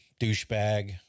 douchebag